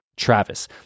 Travis